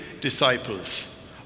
disciples